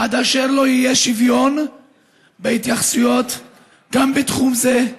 עד אשר יהיה שוויון בהתייחסויות גם בתחום זה.